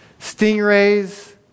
Stingrays